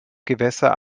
gewässer